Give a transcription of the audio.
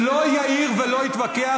שלא יעיר ולא יתווכח.